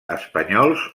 espanyols